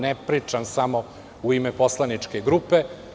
Ne pričam samo u ime poslaničke grupe.